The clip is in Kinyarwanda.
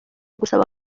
gusaba